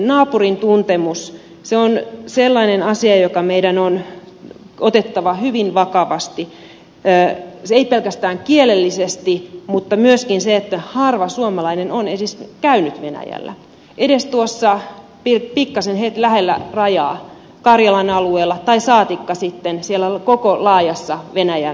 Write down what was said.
naapurin tuntemus on sellainen asia joka meidän on otettava hyvin vakavasti ei pelkästään kielellisesti mutta myös harva suomalainen on edes käynyt venäjällä edes lähellä rajaa karjalan alueella saati sitten siellä koko laajalla venäjällä